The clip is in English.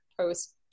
post